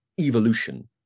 evolution